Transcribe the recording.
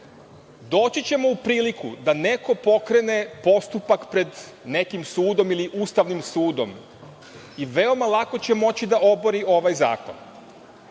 ćemo u priliku da neko pokrene postupak pred nekim sudom ili Ustavnim sudom i veoma lako će moći da obori ovaj zakon.